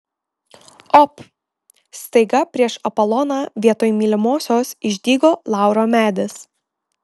op staiga prieš apoloną vietoj mylimosios išdygo lauro medis